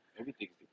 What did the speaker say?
Everything's